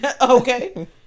Okay